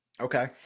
Okay